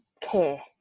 care